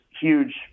huge